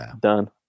done